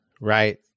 Right